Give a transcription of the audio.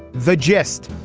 the gist.